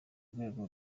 rwego